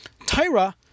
Tyra